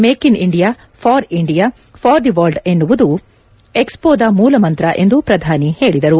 make in India for India for the world ಎನ್ನುವುದು ಎಕ್ಸ್ಪೋದ ಮೂಲಮಂತ್ರ ಎಂದು ಪ್ರಧಾನಿ ಹೇಳಿದರು